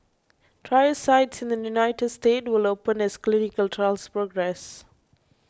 trial sites in the United States will open as clinical trials progress